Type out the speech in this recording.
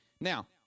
Now